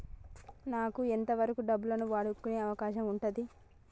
నాకు ఎంత వరకు డబ్బులను వాడుకునే అవకాశం ఉంటది?